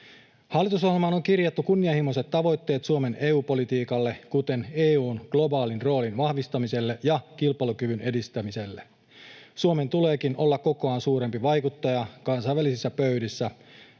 Hallitusohjelmaan on kirjattu kunnianhimoiset tavoitteet Suomen EU-politiikalle, kuten EU:n globaalin roolin vahvistamiselle ja kilpailukyvyn edistämiselle. Suomen tuleekin olla kokoaan suurempi vaikuttaja kansainvälisissä pöydissä,